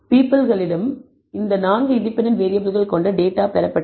பீப்பிள்களிடம் இந்த நான்கு இண்டிபெண்டன்ட் வேறியபிள்கள் கொண்ட டேட்டா பெறப்பட்டது